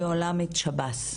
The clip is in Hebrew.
יוהל"מית שירות בתי הסוהר.